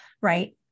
right